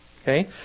okay